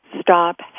stop